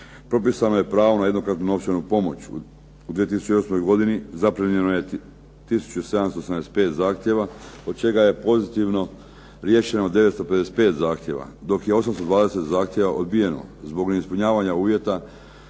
propisano je pravo na jednokratnu novčanu pomoć u 2008. godini, zaprimljeno je tisuću 775 zahtjeva od čega je pozitivno riješeno 955 zahtjeva dok je 820 zahtjeva odbijeno zbog neispunjavanja uvjeta.